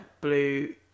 blue